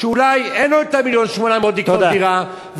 אולי אין לו את ה-1,800,000 לקנות דירה,